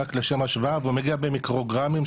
רק לשם השוואה והוא מגיע במיקרוגרמים,